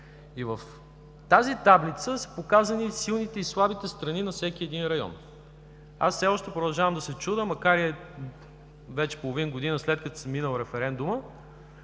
В тази таблица са показани силните и слабите страни на всеки един район. Все още продължавам да се чудя, макар и вече половин година, след като вече е минал референдумът,